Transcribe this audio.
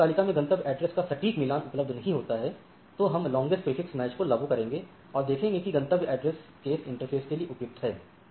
यदि इस तालिका में गंतव्य एड्रेस का सटीक मिलान उपलब्ध नहीं होता है तो हम लांगेस्ट प्रीफिक्स मैच को लागू करेंगे और देखेंगे कि गंतव्य एड्रेस केस इंटरफ़ेस के लिए उपयुक्त है